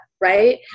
right